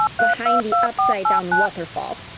behind the upside-down waterfall.